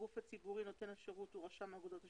הגוף הציבורי נותן השירות הוא רשם האגודות השיתופיות,